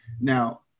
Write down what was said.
now